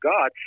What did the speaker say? God